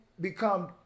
become